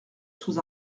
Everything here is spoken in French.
sous